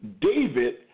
David